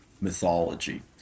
mythology